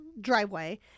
driveway